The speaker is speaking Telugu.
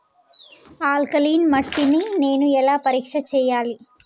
ఆల్కలీన్ మట్టి ని నేను ఎలా పరీక్ష చేయాలి?